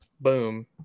boom